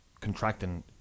contracting